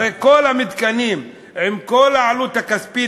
הרי כל המתקנים עם כל העלות הכספית,